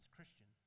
Christian